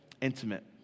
intimate